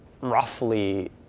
roughly